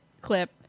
clip